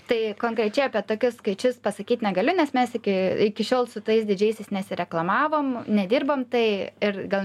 tai konkrečiai apie tokius skaičius pasakyt negaliu nes mes iki iki šiol su tais didžiaisiais nesireklamavom nedirbam tai ir gal